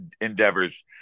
endeavors